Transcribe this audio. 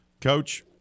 Coach